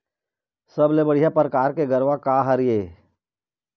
सबले बढ़िया परकार के गरवा का हर ये?